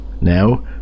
Now